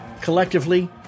collectively